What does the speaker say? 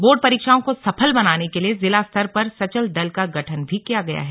board परीक्षाओं को सफल बनाने के लिए जिला स्तर पर सचल दल का गठन भी किया गया है